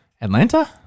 Atlanta